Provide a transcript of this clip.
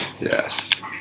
Yes